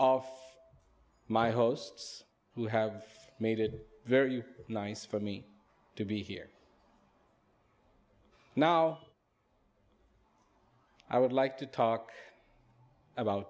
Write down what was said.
of my hosts who have made it very nice for me to be here now i would like to talk about